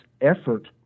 effort